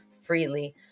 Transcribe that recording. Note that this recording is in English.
freely